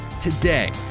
Today